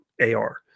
AR